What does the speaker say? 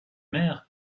mer